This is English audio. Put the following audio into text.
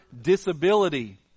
disability